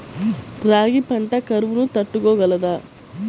రాగి పంట కరువును తట్టుకోగలదా?